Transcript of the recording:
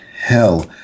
hell